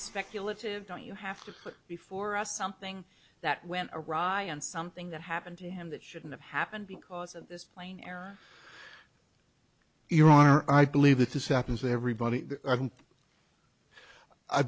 speculative don't you have to put before us something that went awry on something that happened to him that shouldn't have happened because of this plane error your honor i believe that this happens to everybody